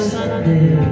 Sunday